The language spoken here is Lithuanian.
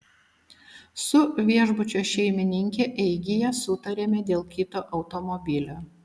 su viešbučio šeimininke eigyje sutarėme dėl kito automobilio